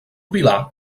vilà